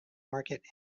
market